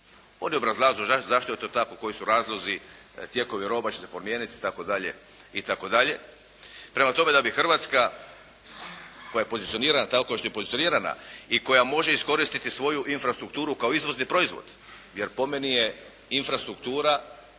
je obrazloženo zašto je to tako, koji su razlozi, tijekovi roba će se promijeniti itd., itd.. Prema tome, da bi Hrvatska koja je pozicionirana tako kao što je pozicionirana i koja može iskoristiti svoju infrastrukturu kao izvozni proizvod. Jer po meni je infrastruktura